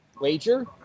Wager